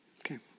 Okay